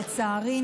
לצערי,